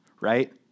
right